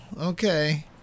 okay